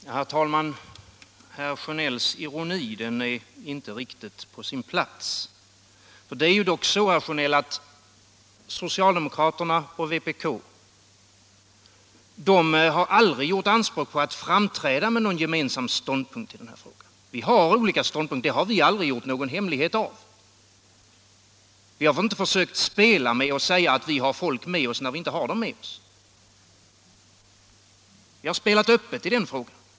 Herr talman! Herr Sjönells ironi är inte riktigt på sin plats. Det är dock så, herr Sjönell, att socialdemokraterna och vänsterpartiet kommunisterna aldrig har gjort anspråk på att framträda med någon gemensam ståndpunkt i den här frågan. Vi har olika ståndpunkter, och det har vi aldrig gjort någon hemlighet av. Vi har inte försökt spela genom att säga att vi har folk med oss när vi inte har det. Vi har spelat öppet 55 i den frågan.